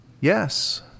Yes